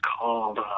called